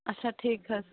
اچھا ٹھیٖک حظ